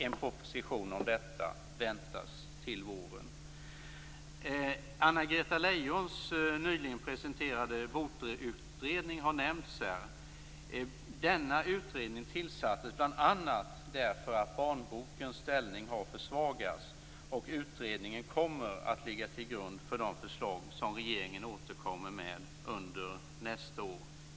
En proposition om detta väntas till våren. Anna-Greta Leijons nyligen presenterade bokutredning har nämnts här. Denna utredning tillsattes bl.a. därför att barnbokens ställning har försvagats. Utredningen kommer att ligga till grund för de förslag som regeringen återkommer med under nästa år.